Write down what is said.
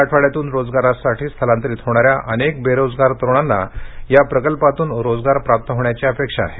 मराठवाड्यातून रोजगारासाठी स्थलांतरीत होणाऱ्या अनेक बेरोजगार तरुणांना या प्रकल्पातून रोजगार प्राप्त होणार आहे